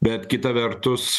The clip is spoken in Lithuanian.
bet kita vertus